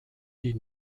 die